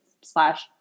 slash